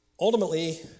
Ultimately